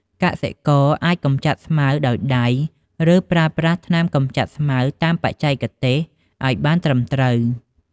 កសិករអាចកម្ចាត់ស្មៅដោយដៃ ឬប្រើប្រាស់ថ្នាំកម្ចាត់ស្មៅតាមបច្ចេកទេសឲ្យបានត្រឹមត្រូវ។